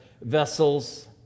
vessels